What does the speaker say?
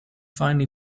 finally